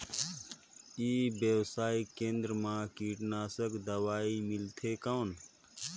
ई व्यवसाय केंद्र मा कीटनाशक दवाई मिलथे कौन?